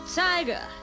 tiger